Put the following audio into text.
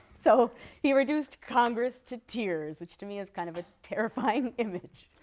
so he reduced congress to tears, which to me is kind of a terrifying image,